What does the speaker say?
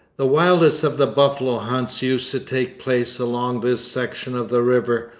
the wildest of the buffalo hunts used to take place along this section of the river,